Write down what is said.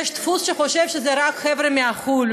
יש דפוס חשיבה שזה רק חבר'ה מחו"ל,